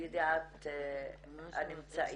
לידיעת הנמצאים.